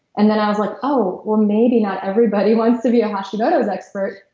and then i was like, oh. well maybe not everybody wants to be a hashimoto's expert.